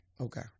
Okay